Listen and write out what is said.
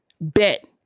Bet